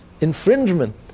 infringement